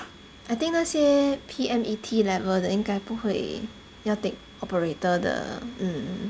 I think 那些 P_M_E_T level 的应该不会要 take operator 的 mm